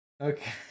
Okay